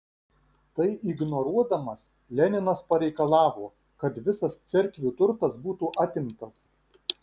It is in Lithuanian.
tai ignoruodamas leninas pareikalavo kad visas cerkvių turtas būtų atimtas